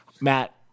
Matt